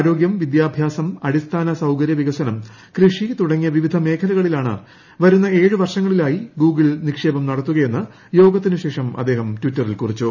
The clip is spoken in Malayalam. ആരോഗ്യം വിദ്യാഭ്യാസം അടിസ്ഥാന സൌകര്യ വികസനം കൃഷി തുടങ്ങിയ വിവിധ മേഖലകളിലാണ് വരുന്ന ഏഴ് വർഷങ്ങളിലായി ഗൂഗിൾ നിക്ഷേപം നടത്തുകയെന്ന് യോഗത്തിന് ശേഷം അദ്ദേഹം ട്വിറ്ററിൽ കുറിച്ചു